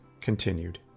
continued